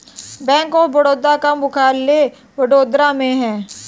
bank of Baroda का मुख्यालय वडोदरा में है